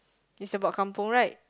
it's about kampung right